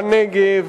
בנגב,